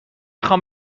خوام